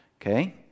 Okay